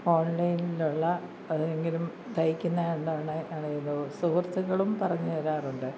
ഓൺലൈനിലുള്ള ഏതെങ്കിലും തയ്ക്കുന്ന സുഹൃത്തുക്കളും പറഞ്ഞുതരാറുണ്ട്